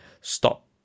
stop